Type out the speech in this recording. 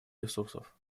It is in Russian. ресурсов